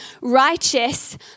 righteous